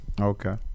Okay